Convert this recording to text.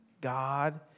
God